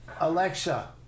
Alexa